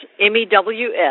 M-E-W-S